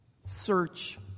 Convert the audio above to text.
search